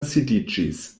sidiĝis